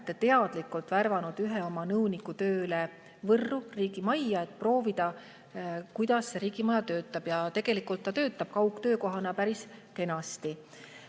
teadlikult värvanud ühe oma nõuniku tööle Võrru riigimajja, et proovida, kuidas see riigimaja töötab, ja tegelikult see töötab kaugtöökohana päris kenasti.